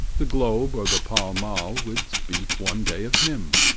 the globe or the pall mall would speak one day of him.